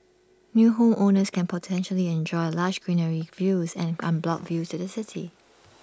new homeowners can potentially enjoy lush greenery views and unblocked views to the city